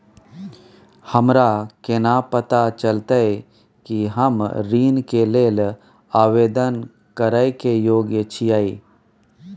हमरा केना पता चलतई कि हम ऋण के लेल आवेदन करय के योग्य छियै?